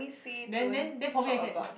then then then probably I can